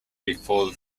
before